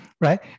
right